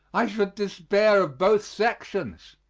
i should despair of both sections.